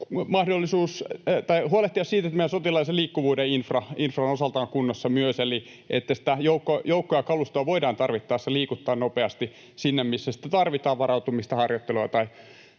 huolehtia siitä, että myös meidän sotilaallisen liikkuvuuden infra on osaltaan kunnossa eli että joukkoja ja kalustoa voidaan tarvittaessa liikuttaa nopeasti sinne, missä sitä tarvitaan varautumista, harjoittelua tai